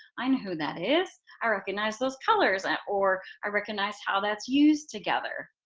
i know who that is. i recognize those colors. and or i recognize how that's used together.